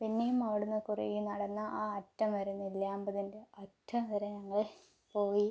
പിന്നെയും അവിടെ നിന്നു കുറേ നടന്ന് ആ അറ്റം വരെ നെല്ലിയാമ്പതിൻ്റെ അറ്റം വരെ ഞങ്ങൾ പോയി